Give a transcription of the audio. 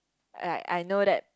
I I know that